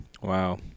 wow